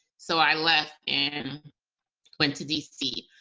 so i left and went to d c,